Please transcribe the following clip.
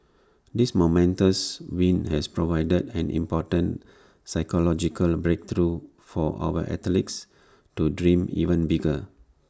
this momentous win has provided an important psychological breakthrough for our athletes to dream even bigger